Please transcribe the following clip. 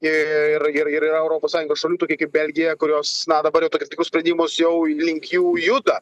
ir ir yra europos sąjungos šalių tokia kaip belgija kurios na dabar jau tokius tikrus sprendimus jau link jų juda